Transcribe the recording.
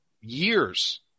years